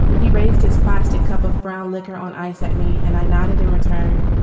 he raised his plastic cup of brown liquor on ice at me and i nodded in return.